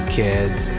kids